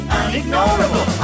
unignorable